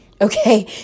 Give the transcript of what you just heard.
okay